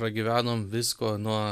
pragyvenom visko nuo